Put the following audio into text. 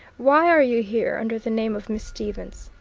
why are you here under the name of miss stevens?